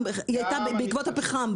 היא הייתה בעקבות הפחם,